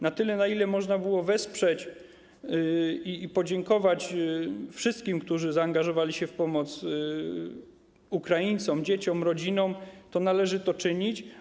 Na tyle, na ile można było wesprzeć i podziękować wszystkim, którzy zaangażowali się w pomoc Ukraińcom, dzieciom i rodzinom, należy to czynić.